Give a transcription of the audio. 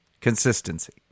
Consistency